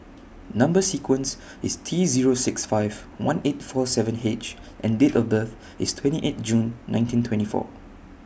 Number sequence IS T Zero six five one eight four seven H and Date of birth IS twenty eight June nineteen twenty four